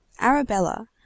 Arabella